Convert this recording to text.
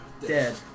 dead